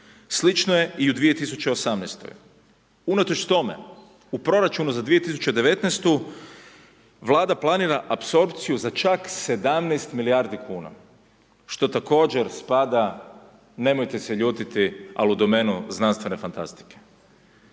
Slično je i u 2018. unatoč tome u proračunu za 2019. Vlada planira apsorpciju za čak 17 milijardi kuna što također spada nemojte se ljutiti al u domenu znanstvene fantastike.